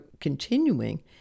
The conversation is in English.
continuing